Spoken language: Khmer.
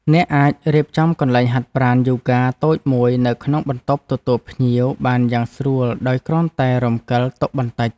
អ្នកអាចរៀបចំកន្លែងហាត់ប្រាណយូហ្គាតូចមួយនៅក្នុងបន្ទប់ទទួលភ្ញៀវបានយ៉ាងស្រួលដោយគ្រាន់តែរំកិលតុបន្តិច។